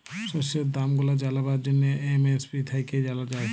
শস্যের দাম গুলা জালবার জ্যনহে এম.এস.পি থ্যাইকে জালা যায়